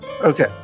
Okay